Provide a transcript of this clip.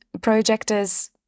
projectors